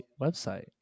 website